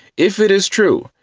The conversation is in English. if it is true,